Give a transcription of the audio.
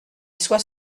sois